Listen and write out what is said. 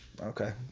okay